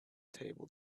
table